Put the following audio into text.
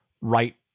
right